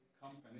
company